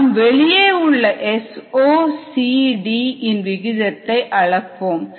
நாம் வெளியே உள்ள S0 CD இன் விகிதத்தை அளப்போம்